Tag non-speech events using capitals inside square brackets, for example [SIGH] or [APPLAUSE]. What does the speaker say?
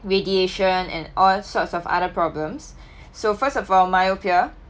radiation and all sorts of other problems [BREATH] so first of all myopia